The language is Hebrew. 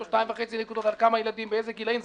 3 נקודות ועל כמה ילדים ובאיזה גילאים,